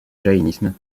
jaïnisme